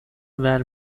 وری